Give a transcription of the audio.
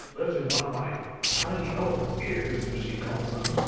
lifted one of my tiny elephant's ears, as she calls them,